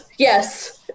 Yes